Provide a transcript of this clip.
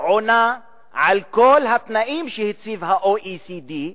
עונה על כל התנאים שהציב ה-OECD,